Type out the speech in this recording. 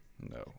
no